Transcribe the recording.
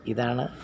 ഇതാണ്